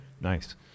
Nice